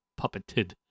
puppeted